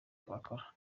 bakora